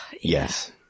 Yes